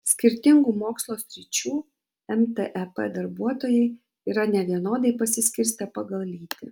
skirtingų mokslo sričių mtep darbuotojai yra nevienodai pasiskirstę pagal lytį